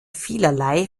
vielerlei